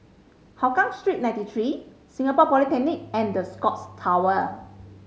Hougang Street Ninety Three Singapore Polytechnic and The Scotts Tower